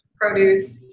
produce